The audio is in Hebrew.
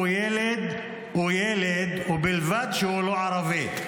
ילד הוא ילד, הוא ילד, ובלבד שהוא לא ערבי.